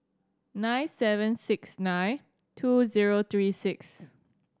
nine seven six nine two zero three six